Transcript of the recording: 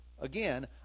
again